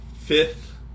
fifth